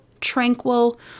tranquil